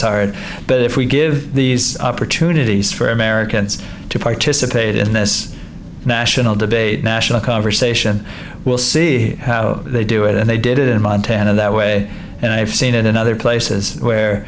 hard but if we give these opportunities for americans to participate in this national debate national conversation we'll see how they do it and they did it in montana that way and i've seen it in other places where